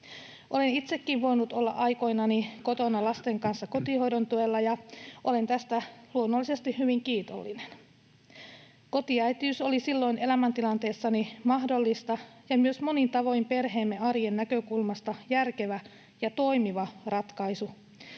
Olen itsekin voinut olla aikoinani kotona lasten kanssa kotihoidon tuella, ja olen tästä luonnollisesti hyvin kiitollinen. Kotiäitiys oli silloin elämäntilanteessani mahdollista ja myös monin tavoin perheemme arjen näkökulmasta järkevä ja toimiva ratkaisu,